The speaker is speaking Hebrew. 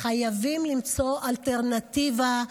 חייבים למצוא אלטרנטיבה,